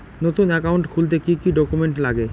নতুন একাউন্ট খুলতে কি কি ডকুমেন্ট লাগে?